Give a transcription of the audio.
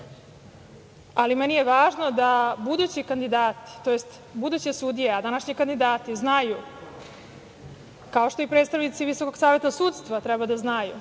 Ali, meni je važno da budući kandidati tj. buduće sudije, a današnji kandidati znaju, kao što i predstavnici VSS treba da znaju,